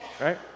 right